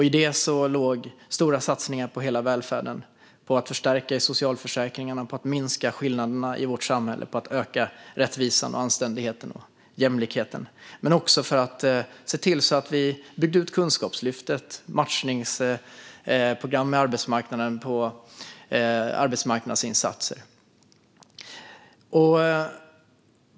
I det låg stora satsningar på hela välfärden - satsningar på att förstärka socialförsäkringarna, minska skillnaderna i vårt samhälle och öka rättvisan, anständigheten och jämlikheten men också för att bygga ut Kunskapslyftet och matchningsprogram inom arbetsmarknadsinsatser.